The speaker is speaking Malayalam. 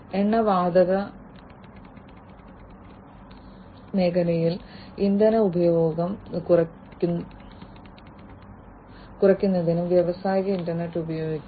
എണ്ണ വാതക മേഖലയിൽ ഇന്ധന ഉപഭോഗം കുറയ്ക്കുന്നതിനും ഉൽപ്പാദനക്ഷമത വർദ്ധിപ്പിക്കുന്നതിനും ചെലവ് കുറയ്ക്കുന്നതിനും വ്യാവസായിക ഇന്റർനെറ്റ് ഉപയോഗിക്കാം